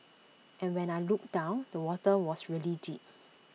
and when I looked down the water was really deep